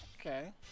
Okay